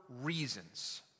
reasons